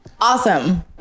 Awesome